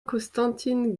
constantin